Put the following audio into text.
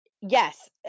Yes